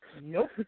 nope